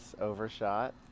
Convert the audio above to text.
overshot